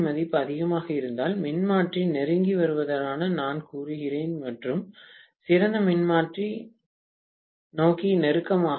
யின் மதிப்பு அதிகமாக இருந்தால் மின்மாற்றி நெருங்கி வருவதாக நான் கூறுவேன் மற்றும் சிறந்த மின்மாற்றி நோக்கி நெருக்கமாக